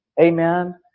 Amen